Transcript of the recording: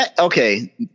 okay